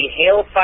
Hailfire